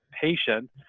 patient